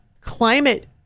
climate